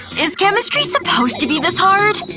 is chemistry supposed to be this hard?